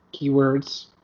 keywords